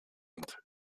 und